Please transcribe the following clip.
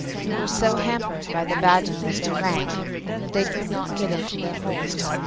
who were so hampered by the badges of their rank that they could not get into their holes,